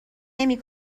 نمی